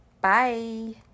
Bye